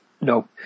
no